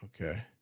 Okay